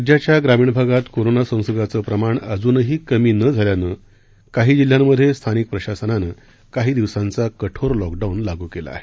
राज्याच्या ग्रामीण भागात कोरोना संसर्गाचं प्रमाण अजूनही कमी न झाल्यानं काही जिल्ह्यांमधे स्थानिक प्रशासनानं काही दिवसांचा कठोर लॉकडाऊन लागू केला आहे